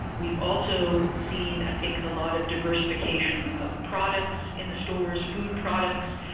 we've also seen i think a lot of diversification of products in the stores, food products,